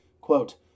Quote